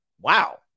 Wow